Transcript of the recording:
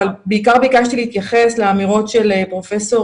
אבל בעיקר ביקשתי להתייחס לאמירות של פרופ'